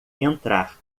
entrar